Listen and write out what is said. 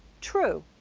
true,